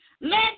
Let